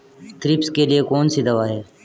Thrips के लिए कौन सी दवा है?